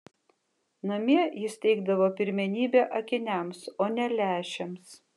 namie jis teikdavo pirmenybę akiniams o ne lęšiams